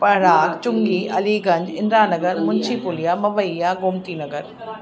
पारा चुंगी अलीगंज इंद्रा नगर मुंशी पुलिया मवैया गोमती नगर